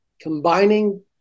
combining